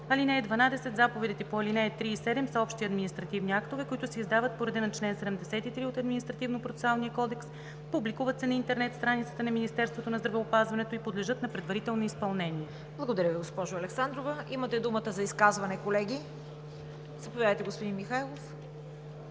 (12) Заповедите по ал. 3 и 7 са общи административни актове, които се издават по реда на чл. 73 от Административнопроцесуалния кодекс, публикуват се на интернет страницата на Министерството на здравеопазването и подлежат на предварително изпълнение.“ ПРЕДСЕДАТЕЛ ЦВЕТА КАРАЯНЧЕВА: Благодаря Ви, госпожо Александрова. Имате думата за изказвания, колеги. Заповядайте, господин Михайлов.